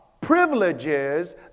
privileges